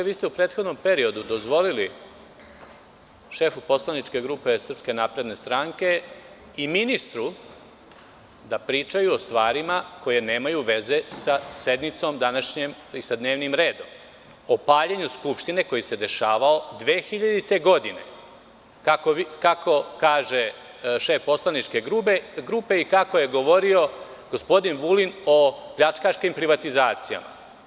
U prethodnom periodu ste dozvolili šefu poslaničke grupe SNS i ministru da pričaju o stvarima koje nemaju veze sa današnjom sednicom i sa dnevnim redom, o paljenju Skupštine koje se dešavalo 2000-te godine, kako kaže šef poslaničke grupe i kako je govorio gospodin Vulin – o pljačkaškim privatizacijama.